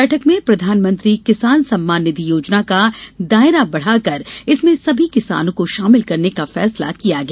बैठक में प्रधानमंत्री किसान सम्मान निधि योजना का दायरा बढ़ाकर इसमें सभी किसानों को शामिल करने का फैसला किया गया